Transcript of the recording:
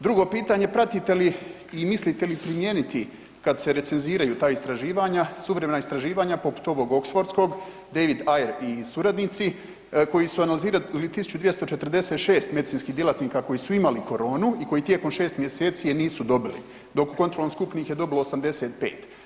Drugo pitanje, pratite li i mislite li primijeniti, kad se recenziraju ta istraživanja, suvremena istraživanja poput ovog oksfordskog, David Eyre i suradnici, koji su analizirali 1246 medicinskih djelatnika koji su imali koronu i koji tijekom 6 mjeseci je nisu dobili, dok u kontrolnoj skupini ih je dobilo 85.